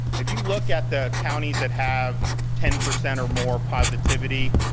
if you look at the counties that have ten percent or more positivity,